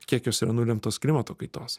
kiek jos yra nulemtos klimato kaitos